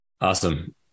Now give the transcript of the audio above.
Awesome